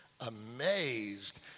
amazed